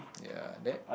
ya that